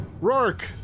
Rourke